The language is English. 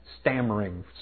stammering